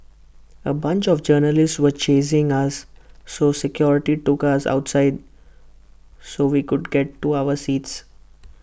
A bunch of journalists were chasing us so security took us outside so we could get to our seats